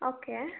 okay